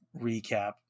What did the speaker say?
recap